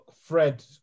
Fred